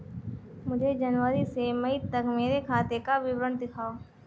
मुझे जनवरी से मई तक मेरे खाते का विवरण दिखाओ?